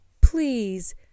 please